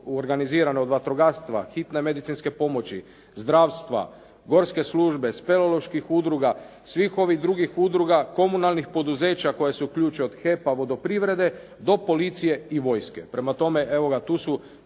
organizirano od vatrogastva, hitne medicinske pomoći, zdravstva, gorske službe, speloloških udruga, svih ovih drugih udruga, komunalnih poduzeća koje se uključuje od HEP-a, vodoprivrede do policije i vojske. Prema tome, evo ga tu su